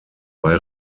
bei